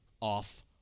off